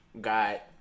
got